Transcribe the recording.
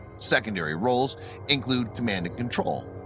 secondary roles include command and control,